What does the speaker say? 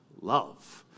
love